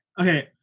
okay